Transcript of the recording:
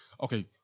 Okay